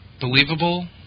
Believable